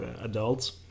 adults